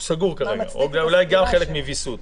הוא סגור כרגע, אולי גם כתשובה לוויסות.